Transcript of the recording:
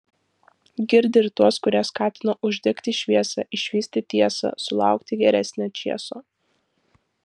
girdi ir tuos kurie skatino uždegti šviesą išvysti tiesą sulaukti geresnio čėso